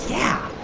yeah.